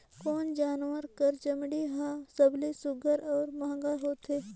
कोन जानवर कर चमड़ी हर सबले सुघ्घर और महंगा होथे?